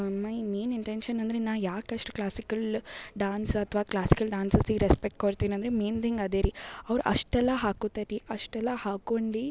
ಮೈ main intention ಅಂದರೆ ನಾ ಯಾಕಷ್ಟು ಕ್ಲಾಸಿಕಲ್ ಡಾನ್ಸ್ ಅಥ್ವ ಕ್ಲಾಸಿಕಲ್ ಡಾನ್ಸ್ಸ್ಗೆ ರೆಸ್ಪೆಕ್ಟ್ ಕೊಡ್ತಿನಂದ್ರೆ ಮೇನ್ ತಿಂಗ್ ಅದೇ ರೀ ಅವರು ಅಷ್ಟೆಲ್ಲ ಹಾಕೋತಾರಿ ಅಷ್ಟೆಲ್ಲ ಹಾಕೊಂಡು